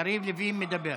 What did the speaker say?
יריב לוין, מדבר.